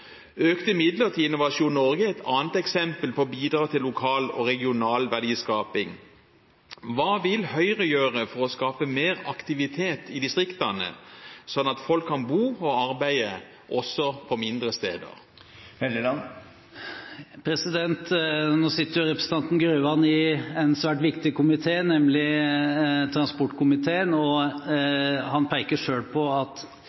Økte midler til Innovasjon Norge er et annet eksempel på å bidra til lokal og regional verdiskaping. Hva vil Høyre gjøre for å skape mer aktivitet i distriktene, slik at folk kan bo og arbeide også på mindre steder? Nå sitter jo representanten Grøvan i en svært viktig komité, nemlig transportkomiteen, og han peker selv på at